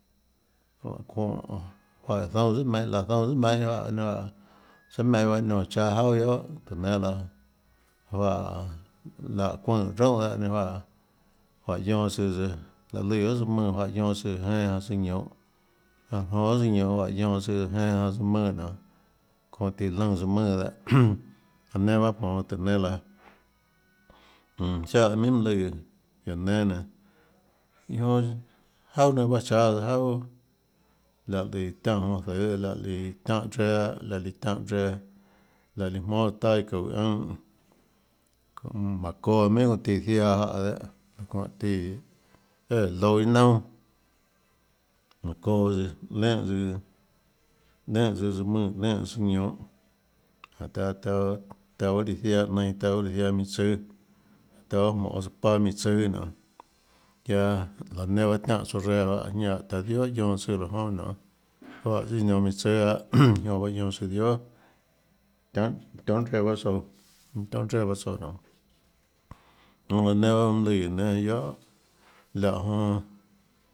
Juáhã zoúnâ tsùà meinhâ láhã zoúnâ tsùà meinhâ ninâ juáhã tsùà meinhâ bahâ niónhã cháâ juaà guiohà tùhã nénâ laã juáhã láhã çuønè roúnhà dehâ ninâ juáhã juáhã guionã tsùã tsøã láhã lùã guiohà tsøã mùnã juáhã guionã tsùã tsøã jénâ janã tsøã ñounhå janê jonã guiohà tsøã ñounhå ninâ juáhã guionã tsùã jénâ janã tsøã mùnã nionê çónhã tiã lùnã tsøã mùnã dehâ laã nenã bahâ jmonå tùhå nénâ laã ziáhã minhà mønâ lùã guióå nénâ nenã iã jonã juaà nenã bahâ cháâ tsøã jauà láhã lùã tiánhã jonå zøhê láhã líã tiánhã reã dehâ láhã líã tiánhã reã láhã líã jmónâ taâ iã çúhã ùnhã mm jmánhå çoã minhà çóhã tíã ziaã juáhã dehâ çónhã tíã éã louã iâ naunà jmánhå çoã tsøã lénhã tsøã lénhã tsøã tsøã mùnã lénhã tsøã ñounhå jánhå tiaã tiaã tiaã baâ líã ziaã nainã tiaã bahâ líã ziaã minã tsùâ taã bahâ jmonê paâ minã tsùâ nionê guiaâ láå nenã bahâ tiánhã tsouã reã juáhã ñanã ta dióà guionã tsùã laã jonã nionê juáhã chiâ nionå minã tsùâ lahâ iã jonã bahâ guionã tsùã dióà tianhâ tionhâ reã bahâ tsouã tionhâ reã bahâ tsouã nionê jonã laã nenã bahâ mønâ lùã guióå nénâ guiohà láhã jonã.